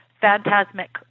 phantasmic